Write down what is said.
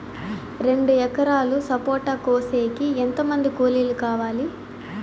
రెండు ఎకరాలు సపోట కోసేకి ఎంత మంది కూలీలు కావాలి?